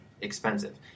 expensive